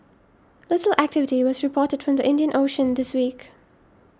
little activity was reported from the Indian Ocean this week